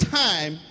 time